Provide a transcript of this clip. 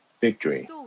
victory